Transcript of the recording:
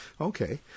okay